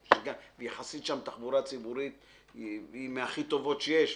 יחסית שם התחבורה הציבורית היא מהכי טובות שיש,